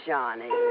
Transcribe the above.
Johnny